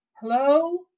Hello